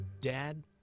Dad